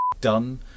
done